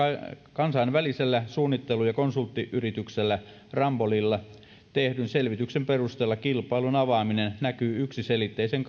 kansainvälisellä suunnittelu ja konsulttiyrityksellä rambollilla tehdyn selvityksen perusteella kilpailun avaaminen näkyy yksiselitteisen